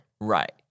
Right